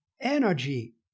energy